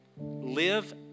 live